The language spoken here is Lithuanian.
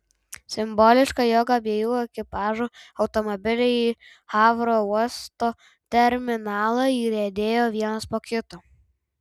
simboliška jog abiejų ekipažų automobiliai į havro uosto terminalą įriedėjo vienas po kito